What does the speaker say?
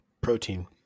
protein